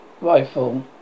Rifle